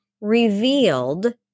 revealed